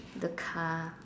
the car